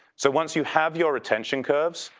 so once you have your retention curves,